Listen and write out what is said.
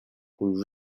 who